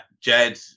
Jed